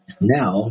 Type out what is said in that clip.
Now